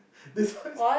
that's why